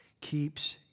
keeps